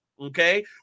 okay